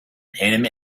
him